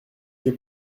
que